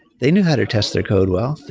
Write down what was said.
they knew how to test their code well,